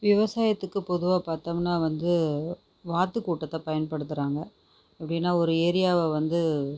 விவசாயத்துக்கு பொதுவாக பார்த்தம்னா வந்து வாத்து கூட்டத்தை பயன்படுத்துகிறாங்க எப்படின்னா ஒரு ஏரியாவை வந்து